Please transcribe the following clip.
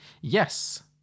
Yes